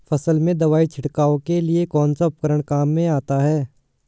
फसल में दवाई छिड़काव के लिए कौनसा उपकरण काम में आता है?